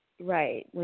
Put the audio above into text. Right